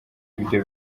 ibyo